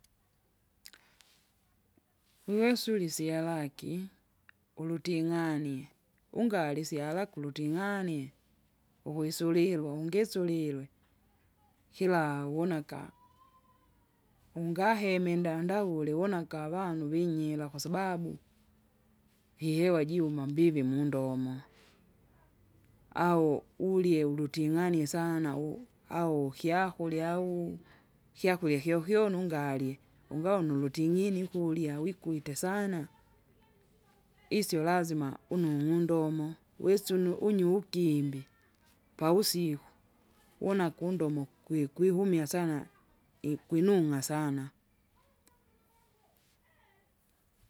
Wiwesa ulye isyalaki, uluting'anie, ungali isyalakulu uting'anie, ukwisulilwa ungisulilwe, kilau wonaka, ungaheme nda- ndawule wona kavandu vinyira kwasabau, ihewa juma mbivi mundomo, au ulye uluting'ania sana u- au kyakurya au, kyakurya kyokyoni ungalye, ungaona ulutinyinyi kulya wikwite sana, isyo lazima unung'u undomo, wisu unu- unyu ukimbi, pawusiku, wona kundomo kwikwihumwa sana ikwinunung'a sana.